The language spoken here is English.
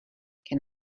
can